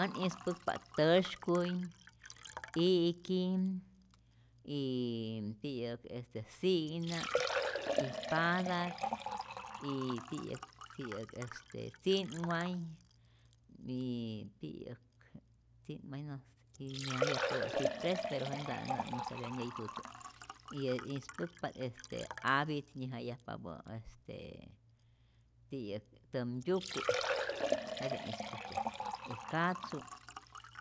Ät ispäkpa't tyäsykuy, i'ki y ti'yäk si'na' y patak y ti'yäk ti'yäk este tzi'nway y ti'yäk tzi'nway no se tiyä nyäjmayajpapä siprés pero jete nta't musyapyä nyäyi jutzä y ispäkpa't apit nyäjayajpapä este ti'yäk tzämtyuku', jete ispäjkyajpa't y katzu